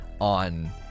on